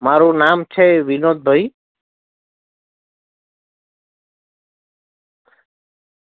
મારું નામ છે વિનોદભાઈ